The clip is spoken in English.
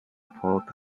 port